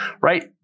Right